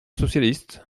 socialiste